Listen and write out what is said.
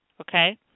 Okay